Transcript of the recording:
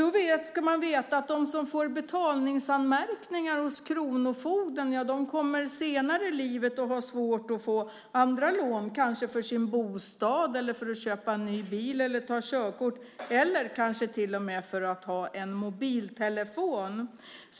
Då ska man veta att de som får betalningsanmärkningar hos kronofogden senare i livet kommer att ha svårt att få andra lån - kanske till sin bostad, till att köpa en ny bil, till att ta körkort eller kanske till och med till en mobiltelefon.